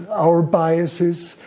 our biases,